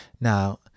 now